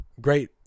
great